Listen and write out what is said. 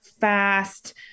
fast